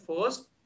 first